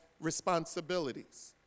responsibilities